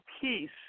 peace